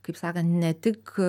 kaip sakant ne tik